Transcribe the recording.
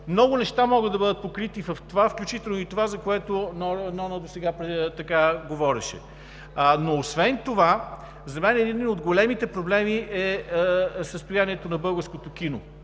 Много неща могат да бъдат покрити, включително и това, за което Нона Йотова говореше. Освен това обаче за мен един от големите проблеми е състоянието на българското кино.